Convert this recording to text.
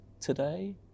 today